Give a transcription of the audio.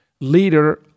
leader